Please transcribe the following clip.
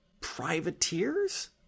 privateers